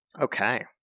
Okay